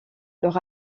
leur